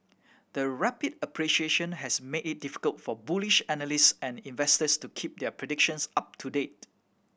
the rapid appreciation has made it difficult for bullish analyst and investors to keep their predictions up to date